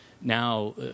now